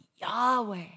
Yahweh